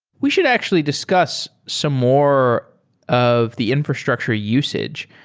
we should actually discuss some more of the infrastructure usage.